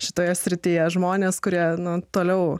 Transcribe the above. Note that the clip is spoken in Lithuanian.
šitoje srityje žmonės kurie nuo toliau